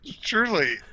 truly